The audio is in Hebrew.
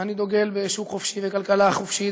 ואני דוגל בשוק חופשי ובכלכלה חופשית,